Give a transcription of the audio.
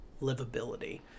livability